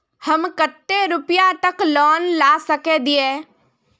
हम कते रुपया तक लोन ला सके हिये?